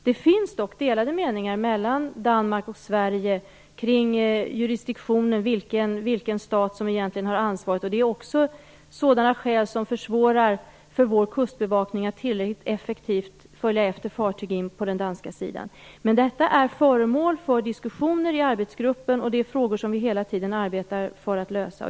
Det finns dock delade meningar mellan Danmark och Sverige kring jurisdiktionen, vilken stat som egentligen har ansvaret. Det är också sådana skäl som försvårar för vår kustbevakning att tillräckligt effektivt följa efter fartyg in på den danska sidan. Men detta är föremål för diskussioner i arbetsgruppen, och det är frågor som vi hela tiden arbetar för att lösa.